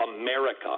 America